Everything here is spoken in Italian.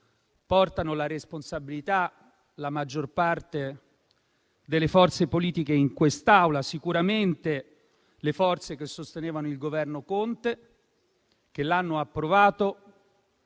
portano la responsabilità la maggior parte delle forze politiche presenti in quest'Aula: sicuramente le forze che sostenevano il Governo Conte che l'hanno approvato,